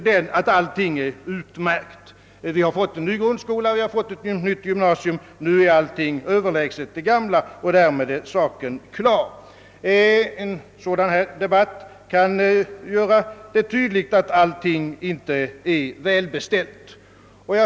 Dess inställning är, att sedan vi fått en ny grundskola och ett nytt gymnasium, är allt nu överlägset det gamla. En debatt som denna kan visa att allt inte är välbeställt.